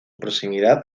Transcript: proximidad